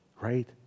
right